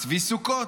צבי סוכות.